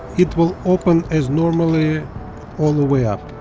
it will open as normally all the way up